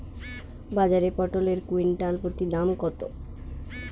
বাজারে পটল এর কুইন্টাল প্রতি দাম কত?